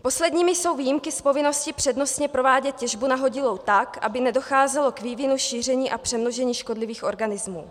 Posledními jsou výjimky z povinnosti přednostně provádět těžbu nahodilou tak, aby nedocházelo k vývinu, šíření a přemnožení škodlivých organismů.